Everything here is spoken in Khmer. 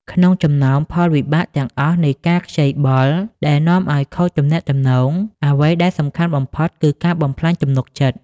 ក្នុងចំណោមផលវិបាកទាំងអស់នៃការខ្ចីបុលដែលនាំឲ្យខូចទំនាក់ទំនង អ្វីដែលសំខាន់បំផុតគឺការបំផ្លាញទំនុកចិត្ត។